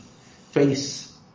face